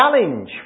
challenge